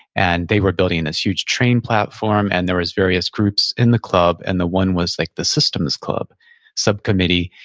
and they were building this huge train platform, and there was various groups in the club, and the one was like the systems club subcommittee,